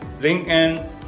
LinkedIn